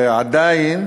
ועדיין